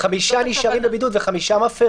יש לו גם חסרונות סגן השר התייחס לזה קצת בהתחלה